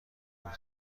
بود